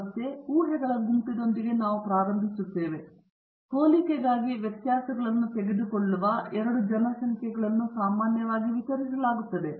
ಆದ್ದರಿಂದ ಮತ್ತೆ ಊಹೆಗಳ ಗುಂಪಿನೊಂದಿಗೆ ನಾವು ಪ್ರಾರಂಭಿಸುತ್ತೇವೆ ಹೋಲಿಕೆಗಾಗಿ ವ್ಯತ್ಯಾಸಗಳನ್ನು ತೆಗೆದುಕೊಳ್ಳುವ ಎರಡು ಜನಸಂಖ್ಯೆಗಳನ್ನು ಸಾಮಾನ್ಯವಾಗಿ ವಿತರಿಸಲಾಗುತ್ತದೆ